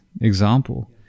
example